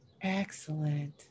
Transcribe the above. Excellent